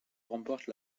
remporte